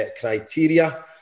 criteria